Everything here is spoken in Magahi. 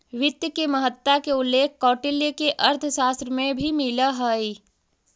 वित्त के महत्ता के उल्लेख कौटिल्य के अर्थशास्त्र में भी मिलऽ हइ